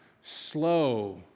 slow